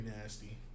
nasty